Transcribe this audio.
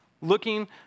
looking